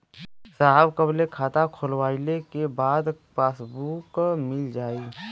साहब कब ले खाता खोलवाइले के बाद पासबुक मिल जाई?